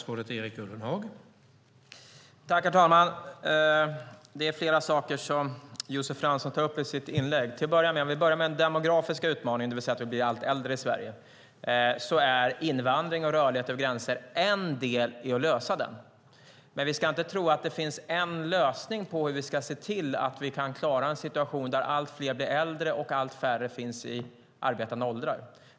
Herr talman! Josef Fransson tar upp flera saker i sitt inlägg. Vi börjar med den demografiska utmaningen, det vill säga att vi blir allt äldre i Sverige. Invandring och rörlighet över gränser är en del i att klara den. Men vi ska inte tro att det finns en lösning i en situation där allt fler blir äldre och allt färre finns i arbetande åldrar.